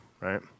Right